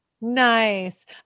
Nice